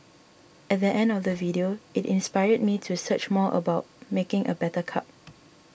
at the end of the video it inspired me to search more about making a better cup